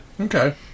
Okay